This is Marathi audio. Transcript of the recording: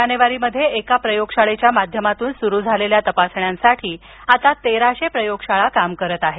जानेवारीमध्ये एका प्रयोगशाळेच्या माध्यमातून सुरु झालेल्या तपासण्यांसाठी आता तेराशे प्रयोगशाळा काम करीत आहेत